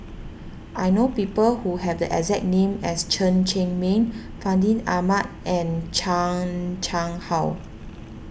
I know people who have the exact name as Chen Cheng Mei Fandi Ahmad and Chan Chang How